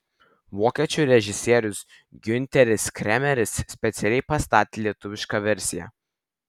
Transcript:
vokiečių režisierius giunteris kremeris specialiai pastatė lietuvišką versiją